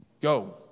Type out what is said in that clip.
Go